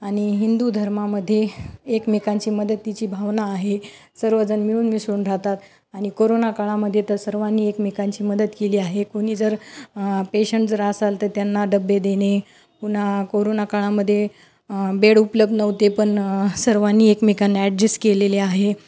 आणि हिंदू धर्मामध्ये एकमेकांची मदतीची भावना आहे सर्वजण मिळून मिसळून राहतात आणि कोरोना काळामध्ये तर सर्वांनी एकमेकांची मदत केली आहे कोणी जर पेशंट जर असाल तर त्यांना डबे देणे पुन्हा कोरोना काळामध्ये बेड उपलब्ध नव्हते पण सर्वांनी एकमेकांना ॲडजेस्ट केलेले आहे